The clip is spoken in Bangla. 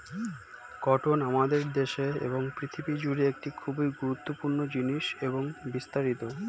কটন আমাদের দেশে এবং পৃথিবী জুড়ে একটি খুবই গুরুত্বপূর্ণ জিনিস এবং বিস্তারিত